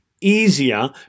easier